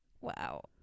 Wow